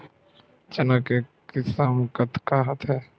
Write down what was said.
चना के किसम कतका होथे?